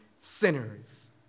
sinners